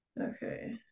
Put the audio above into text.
Okay